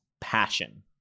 passion